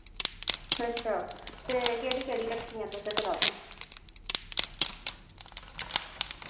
अच्छा ते केह्ड़ी केह्ड़ी रक्खियां तुसैं कताबां